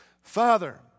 father